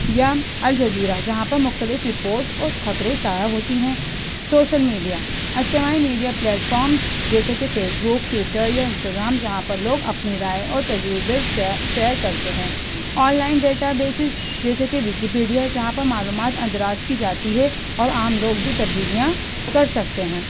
یا الجزیرہ جہاں پر مختلف ریپورٹس اور خبریں شائع ہوتی ہیں سوشل میڈیا اجتماعی میڈیا پلیٹفارمس جیسے کہ فیس بک ٹوئیٹر یا انسٹاگرام جہاں پر لوگ اپنی رائے اور تجربے شیئر کرتے ہیں آن لائن ڈاٹا بیسز جیسے کہ ویکیپیڈیا جہاں پر معلومات اندراج کی جاتی ہے اور عام لوگ بھی تبدیلیاں کر سکتے ہیں